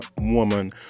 woman